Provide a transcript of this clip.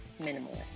minimalist